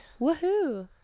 Woohoo